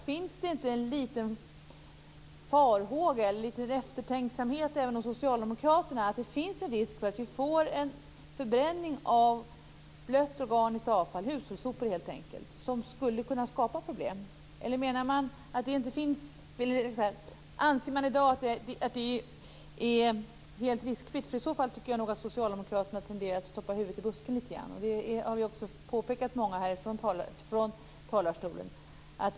Finns det inte en liten farhåga eller eftertänksamhet även hos socialdemokraterna, att det finns en risk för att vi får en förbränning av blött organiskt avfall, hushållssopor helt enkelt, som skulle kunna skapa problem? Anser man i dag att det är helt riskfritt? I så fall tycker jag nog att socialdemokraterna tenderar att stoppa huvudet i busken lite grann. Det har också många påpekat här från talarstolen.